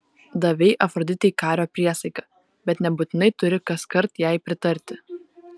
davei afroditei kario priesaiką bet nebūtinai turi kaskart jai pritarti